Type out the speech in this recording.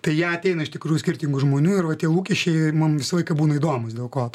tai jie ateina iš tikrų skirtingų žmonių arba tie lūkesčiai mums visą laiką būna įdomūs dėl ko